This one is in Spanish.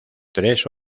tres